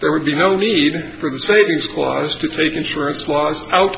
there would be no need for the savings clause to take insurance laws out